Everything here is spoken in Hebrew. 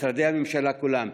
משרדי הממשלה כולם,